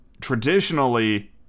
traditionally